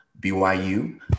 BYU